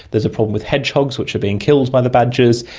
there's a problem with hedgehogs which are being killed by the badgers.